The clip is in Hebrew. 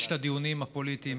יש את הדיונים הפוליטיים,